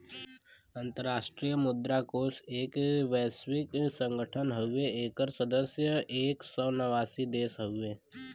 अंतराष्ट्रीय मुद्रा कोष एक वैश्विक संगठन हउवे एकर सदस्य एक सौ नवासी देश हउवे